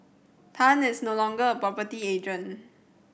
Tan is no longer a property agent